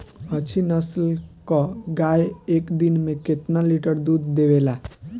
अच्छी नस्ल क गाय एक दिन में केतना लीटर दूध देवे ला?